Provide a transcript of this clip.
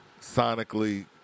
sonically